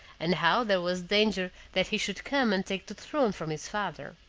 and how there was danger that he should come and take the throne from his father.